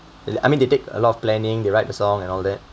I mean they take a lot of planning they write the song and all that